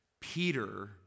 Peter